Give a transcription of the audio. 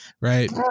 Right